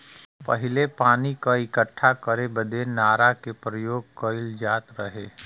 पहिले पानी क इक्कठा करे बदे नारा के परियोग कईल जात रहे